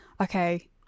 Okay